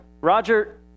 Roger